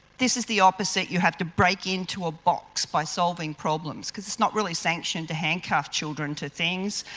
this is the opposite, you have to break into a box by solving problems because it's not really sanctioned to handcuff children to things.